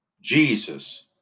Jesus